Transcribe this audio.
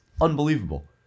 unbelievable